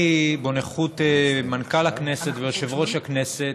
אני, בנוכחות מנכ"ל הכנסת ויושב-ראש הכנסת,